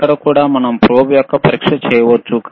ఇక్కడ కూడా మనం ప్రోబ్ యొక్క పరీక్ష చేయవచ్చు